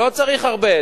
לא צריך הרבה,